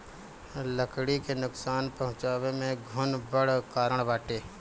लकड़ी के नुकसान पहुंचावे में घुन बड़ कारण बाटे